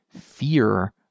fear